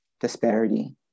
disparity